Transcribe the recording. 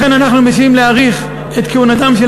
לכן אנחנו מבקשים להאריך את כהונתם של